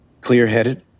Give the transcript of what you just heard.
Clear-headed